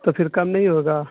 تو پھر کم نہیں ہوگا